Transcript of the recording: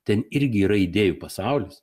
ten irgi yra idėjų pasaulis